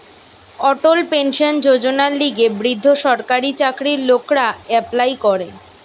অটল pension যোজনার লিগে বৃদ্ধ সরকারি চাকরির লোকরা এপ্লাই করে